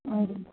हजुर